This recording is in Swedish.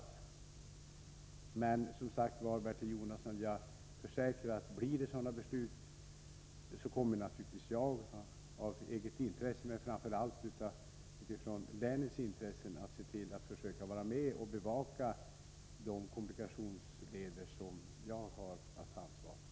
Jag kan som sagt försäkra Bertil Jonasson att jag, om det blir aktuellt med beslut om extra medelstilldelning, av eget intresse men framför allt med hänsyn till Värmlands intressen kommer att bevaka de kommunikationsleder som jag har att ta ansvar för.